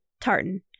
tartan